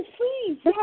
please